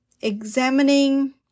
examining